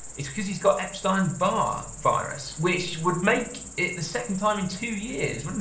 it's because he's got epstein-barr virus, which would make it the second time in two years, wouldn't